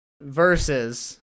Versus